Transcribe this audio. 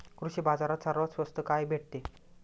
कृषी बाजारात सर्वात स्वस्त काय भेटते?